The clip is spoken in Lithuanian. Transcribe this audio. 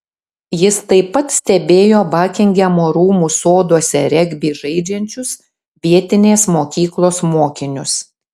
jis taip pat stebėjo bakingamo rūmų soduose regbį žaidžiančius vietinės mokyklos mokinius